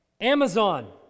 Amazon